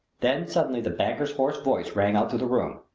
then suddenly the banker's hoarse voice rang out through the room.